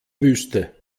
wüste